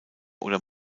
oder